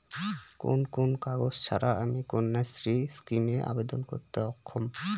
কোন কোন কাগজ ছাড়া আমি কন্যাশ্রী স্কিমে আবেদন করতে অক্ষম?